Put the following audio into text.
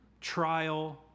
trial